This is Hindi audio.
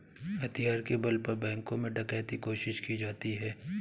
हथियार के बल पर बैंकों में डकैती कोशिश की जाती है